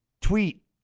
tweet